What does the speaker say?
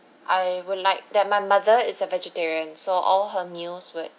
I would like that my mother is a vegetarian so all her meals would